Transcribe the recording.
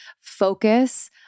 focus